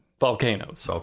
Volcanoes